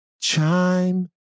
chime